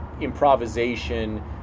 improvisation